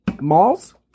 malls